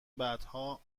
بعدا